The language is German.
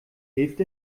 hilft